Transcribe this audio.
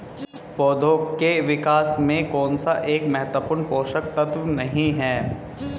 पौधों के विकास में कौन सा एक महत्वपूर्ण पोषक तत्व नहीं है?